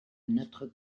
notre